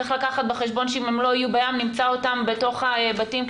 צריך לקחת בחשבון שאם הם לא יהיו בים נמצא אותם בתוך הבתים,